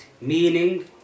meaning